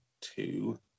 two